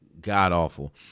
god-awful